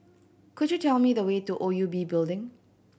could you tell me the way to O U B Building